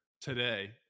today